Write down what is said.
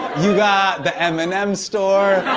you got the m and m's store.